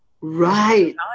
Right